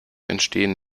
entstehen